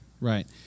right